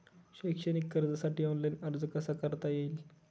शैक्षणिक कर्जासाठी ऑनलाईन अर्ज कसा करता येईल?